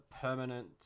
permanent